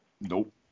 Nope